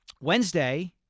Wednesday